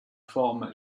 forme